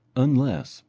unless,